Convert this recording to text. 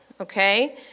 okay